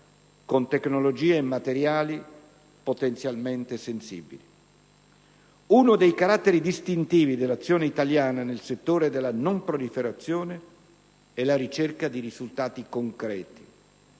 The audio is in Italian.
con tecnologie e materiali potenzialmente sensibili. Uno dei caratteri distintivi dell'azione italiana nel settore della non proliferazione è la ricerca di risultati concreti.